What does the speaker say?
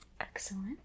excellent